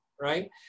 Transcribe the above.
right